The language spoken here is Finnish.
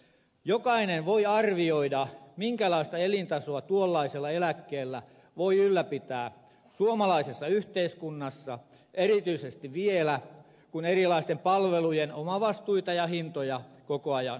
jokainen voi arvioida minkälaista elintasoa tuollaisella eläkkeellä voi ylläpitää suomalaisessa yhteiskunnassa erityisesti vielä kun erilaisten palvelujen omavastuita ja hintoja koko ajan korotetaan